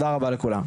תודה רבה לכולם.